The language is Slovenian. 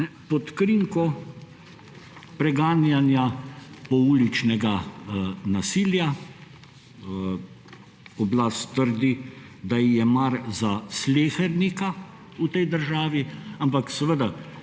pod krinko preganjanja pouličnega nasilja. Oblast trdi, da ji je mar za slehernika v tej državi. Ampak seveda